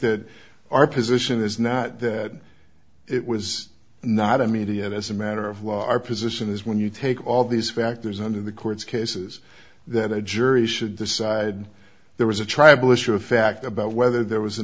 that our position is not that it was not immediate as a matter of law our position is when you take all these factors under the court's cases that a jury should decide there was a tribal issue of fact about whether there was an